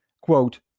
Quote